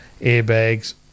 airbags